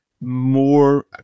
more